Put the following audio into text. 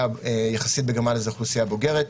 שהאוכלוסייה בגרמניה היא יחסית אוכלוסייה בוגרת,